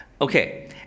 Okay